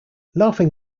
laughing